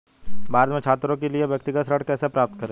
भारत में छात्रों के लिए व्यक्तिगत ऋण कैसे प्राप्त करें?